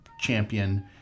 champion